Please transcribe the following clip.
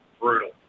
brutal